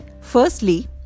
Firstly